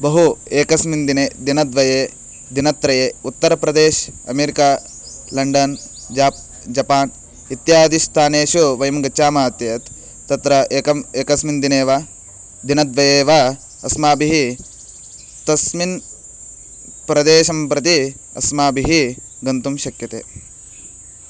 बहु एकस्मिन् दिने दिनद्वये दिनत्रये उत्तरप्रदेशः अमेरिका लण्डन् जाप् जपान् इत्यादिस्थानेषु वयं गच्छामः ते त् तत्र एकम् एकस्मिन् दिने वा दिनद्वये वा अस्माभिः तस्मिन् प्रदेशं प्रति अस्माभिः गन्तुं शक्यते